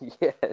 yes